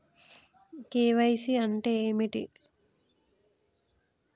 KYC అంటే ఏమిటి?